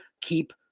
keep